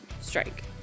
strike